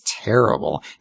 terrible